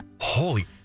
Holy